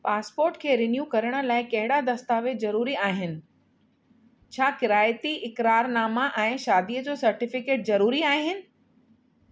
passport खे renew करण लाइ कहिड़ा दस्तावेज़ ज़रूरी आहिनि छा किराइती इकरारनामा ऐं शादीअ जो सर्टिफिकेट ज़रूरी आहिनि